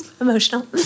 Emotional